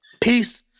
Peace